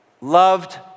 loved